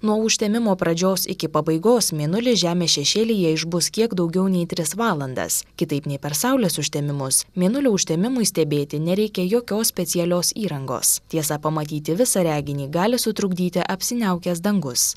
nuo užtemimo pradžios iki pabaigos mėnulis žemės šešėlyje išbus kiek daugiau nei tris valandas kitaip nei per saulės užtemimus mėnulio užtemimui stebėti nereikia jokios specialios įrangos tiesa pamatyti visą reginį gali sutrukdyti apsiniaukęs dangus